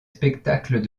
spectacles